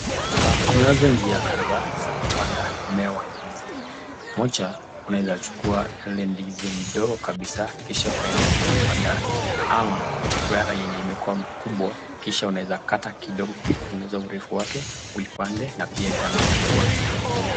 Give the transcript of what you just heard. Kunazo njia kadhaa za kupanda mmea wa ndizi, moja unaweza chukua Ile ndizi ndogo kabisaa kisha ukaende kuipanda, ama uchukue yenye imekua kubwa kisha unaeza ikata kidogo kupunguza urefu wake uipande na pia itamea kuwa ndizi mzuri.